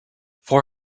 for